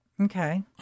Okay